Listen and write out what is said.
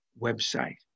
website